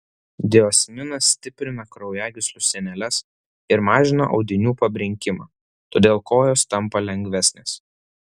diosminas stiprina kraujagyslių sieneles ir mažina audinių pabrinkimą todėl kojos tampa lengvesnės